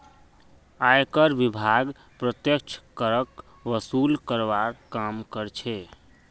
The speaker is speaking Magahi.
आयकर विभाग प्रत्यक्ष करक वसूल करवार काम कर्छे